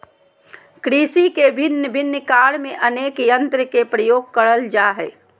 कृषि के भिन्न भिन्न कार्य में अनेक यंत्र के प्रयोग करल जा हई